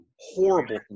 horrible